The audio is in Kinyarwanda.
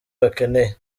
bakeneye